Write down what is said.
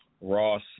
Ross